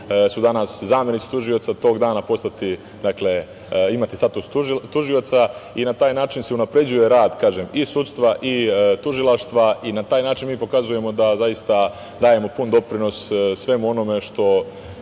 su danas zamenici tužioca tog dana imati status tužioca i na taj način se unapređuje rad i sudstva i tužilaštva i na taj način mi pokazujemo da zaista dajemo pun doprinos svemu onome za